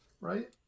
Right